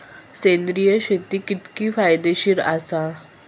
सेंद्रिय शेती कितकी फायदेशीर आसा?